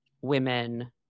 women